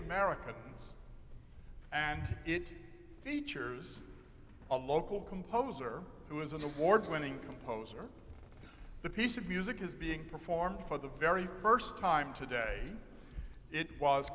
americans and it features a local composer who is an award winning composer the piece of music is being performed for the very first time today it was